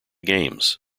games